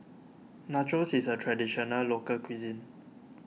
Nachos is a Traditional Local Cuisine